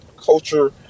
Culture